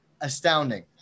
astounding